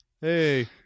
Hey